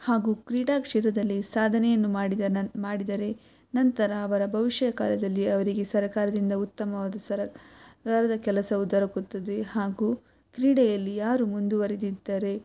ಹಾಗೂ ಕ್ರೀಡಾಕ್ಷೇತ್ರದಲ್ಲಿ ಸಾಧನೆಯನ್ನು ಮಾಡಿದ ನನ್ನ ಮಾಡಿದರೆ ನಂತರ ಅವರ ಭವಿಷ್ಯ ಕಾಲದಲ್ಲಿ ಅವರಿಗೆ ಸರಕಾರದಿಂದ ಉತ್ತಮವಾದ ಸರ ಕಾರದ ಕೆಲಸವು ದೊರಕುತ್ತದೆ ಹಾಗೂ ಕ್ರೀಡೆಯಲ್ಲಿ ಯಾರು ಮುಂದುವರಿದಿದ್ದರೆ